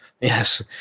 yes